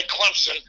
Clemson